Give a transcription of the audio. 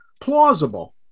plausible